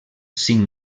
cinc